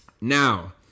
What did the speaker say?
Now